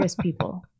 people